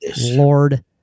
Lord